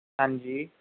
ਹਾਂਜੀ